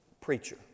preacher